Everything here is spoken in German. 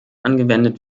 angewendet